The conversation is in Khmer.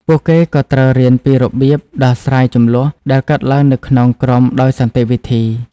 ពួកគេក៏ត្រូវរៀនពីរបៀបដោះស្រាយជម្លោះដែលកើតឡើងនៅក្នុងក្រុមដោយសន្តិវិធី។